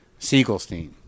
Siegelstein